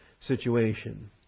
situation